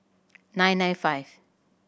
nine nine five